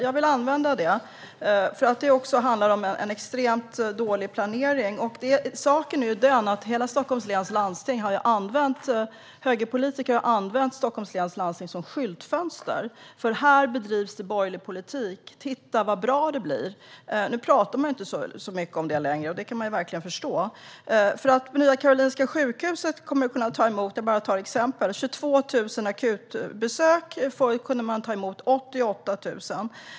Jag vill använda det ordet, för det handlar om en extremt dålig planering. Saken är den att högerpolitiker har använt Stockholms läns landsting som skyltfönster: Här bedrivs borgerlig politik - titta så bra det blir! Nu talar man inte så mycket om det längre, och det kan jag verkligen förstå. Låt mig ta några exempel. Nya Karolinska sjukhuset kommer att kunna ta emot 22 000 akutbesök. Förut kunde man ta emot 88 000.